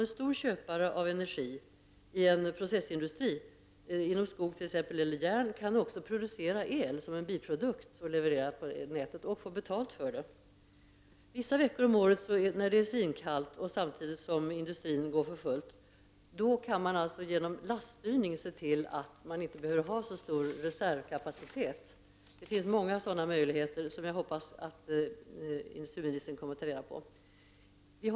En stor köpare av energi, t.ex. en processindustri inom skog eller järn, kan också producera el som en biprodukt som den kan leverera på nätet och få betalt för. Vissa veckor om året när det är svinkallt och industrin går för fullt kan man genom laststyrning göra det möjligt att inte ha så stor reservkapacitet. Det finns många sådana möjligheter som jag hoppas att industriministern kommer att undersöka.